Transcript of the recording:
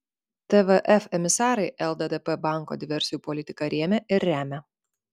tvf emisarai lddp banko diversijų politiką rėmė ir remia